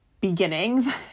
beginnings